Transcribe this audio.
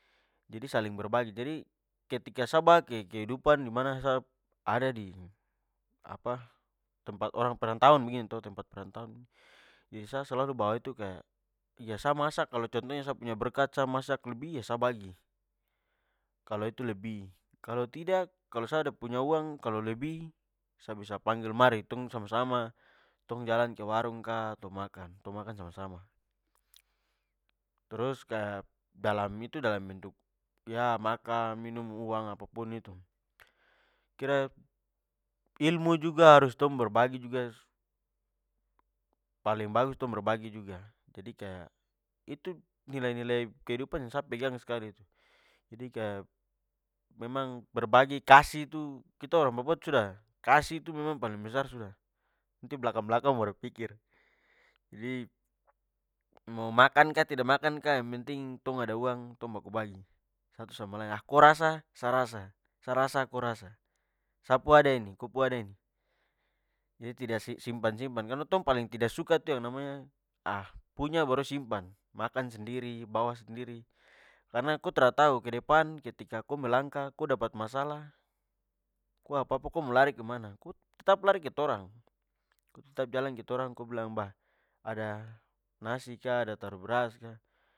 Jadi saling berbagi. Jadi, ketika sa bawa ke kehidupan dimana sa ada di apa, tempat orang perantauan begini to tempat perantauan-. Jadi, sa selalu bawa itu kaya ya sa masak kalo contohnya sa punya berkat sa masak lebih ya sa bagi. Kalo itu lebih. Kalo tidak, kalo sa ada punya uang, kalo lebih sa bisa panggil mari tong sama-sama tong jalan ke warung ka, tong makan, tong makan sama-sama. Trus kaya dalam, itu dalam bentuk ya makan, minum, uang apa pun itu. ilmu juga harus tong berbagi juga, paling bagus tong berbagi juga. Jadi, kaya itu nilai-nilai kehidupan yang sa pegang skali itu. Jadi, kaya memang berbagi kasih itu, kita orang papua itu sudah, kasih memang paling besar sudah, nanti blakang-blakang baru pikir. Jadi, mo makan ka tidak makan ka yang penting tong ada uang, tong baku bagi satu sama lain. Ko rasa sa rasa, sa rasa ko rasa, sa pu ada ni, ko pu ada nih, jadi tidak simpan-simpan. Karna tong paling tidak suka itu yang namanya punya baru simpan. Makan sendiri, bawa sendiri karna ko tra tau ke depan ketika ko melangkah, ko dapat masalah, ko apa-apa, ko mo lari kemana? Ko tetap lari ke torang, ko tetap jalan ke torang, ko bilang bah ada nasi kah? Ada taruh beras kah?